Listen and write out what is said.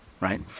right